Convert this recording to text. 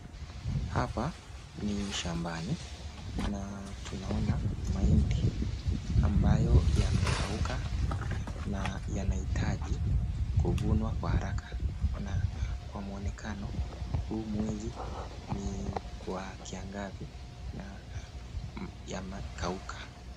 Hapa ni shambani na tunaona mahindi ambayo yamekauka na yanaitaji kuvunwa kwa haraka, na kwa mwonekano huu mwezi ni wa kiangazi na yamekauka.